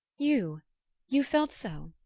you you've felt so?